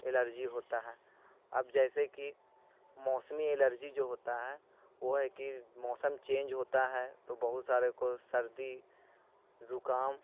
allergy ہوتا ہے اب جیسے کہ موسمی الرجی جو ہوتا ہے وہ ہے کہ موسم چینج ہوتا ہے تو بہت سارے کو سردی زکام